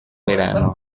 verano